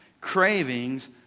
Cravings